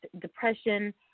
depression